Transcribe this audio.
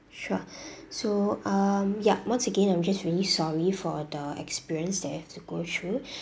sure so um ya once again I'm just really sorry for the experience that you have to go through